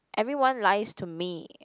everyone lies to me